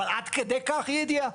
אבל עד כדי כך אי ידיעה?